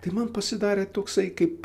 tai man pasidarė toksai kaip